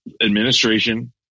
administration